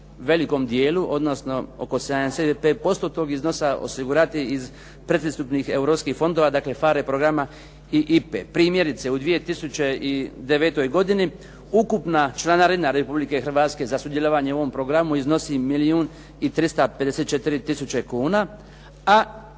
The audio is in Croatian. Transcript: velikom dijelu, odnosno oko 75% tog iznosa osigurati iz predpristupnih europskih fondova, dakle PHARE programa i IPA-e. Primjerice, u 2009. godini ukupna članarina Republike Hrvatske za sudjelovanje u ovom programu iznosi milijun i